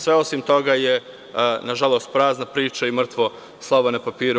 Sve osim toga je, nažalost, prazna priča i mrtvo slovo na papiru.